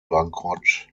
bankrott